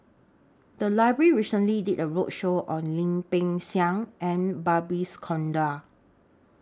The Library recently did A roadshow on Lim Peng Siang and Babes Conde